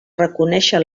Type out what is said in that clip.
reconèixer